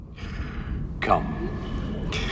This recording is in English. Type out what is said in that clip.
come